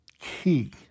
key